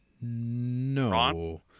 No